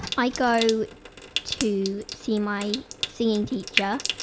i go to see my singing teacher,